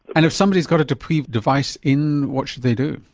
and if somebody's got a depuy device in what should they do?